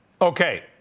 Okay